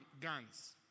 guns